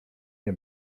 nie